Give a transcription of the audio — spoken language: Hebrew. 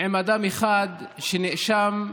מטפל זר משלמים לו